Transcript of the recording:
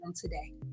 today